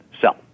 sell